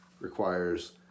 requires